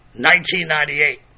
1998